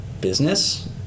business